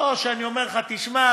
לא שאני אומר לך: תשמע,